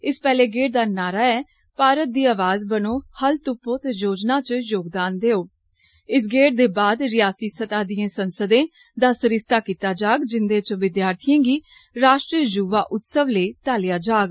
इस पैहले गेड दा नारा ऐ भारत दी आवाज बनो हल्ल तुप्पो ते योजना च योगदान देओ इस गेड दे बाद रयासती सतह दिएं संसदे दा सरिस्ता कीत्ता जाग जिन्दे च विद्यार्थिएं गी राश्ट्रीय युवा उत्सव लेई तालेया जाग